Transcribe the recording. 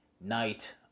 Night